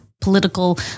political